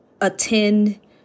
attend